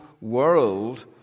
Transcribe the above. world